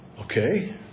Okay